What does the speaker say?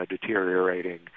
deteriorating